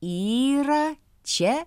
yra čia